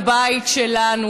בבית שלנו,